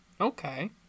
Okay